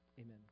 Amen